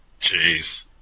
Jeez